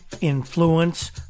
influence